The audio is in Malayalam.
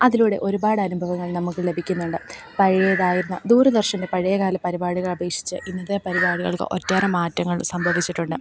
അതിലൂടെ ഒരുപാട് അനുഭവങ്ങൾ നമുക്ക് ലഭിക്കുന്നുണ്ട് പഴയതായിരുന്ന ദൂരദർശൻ്റെ പഴയകാല പരിപാടികൾ അപേക്ഷിച്ച് ഇന്നത്തെ പരിപാടികൾക്ക് ഒട്ടേറെ മാറ്റങ്ങൾ സംഭവിച്ചിട്ടുണ്ട്